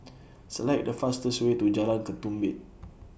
Select The fastest Way to Jalan Ketumbit